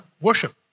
worship